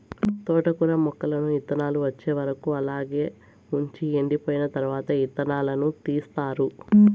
తోటకూర మొక్కలను ఇత్తానాలు వచ్చే వరకు అలాగే వుంచి ఎండిపోయిన తరవాత ఇత్తనాలను తీస్తారు